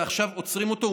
ועכשיו עוצרים אותו,